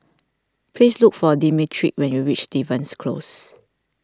please look for Demetric when you reach Stevens Close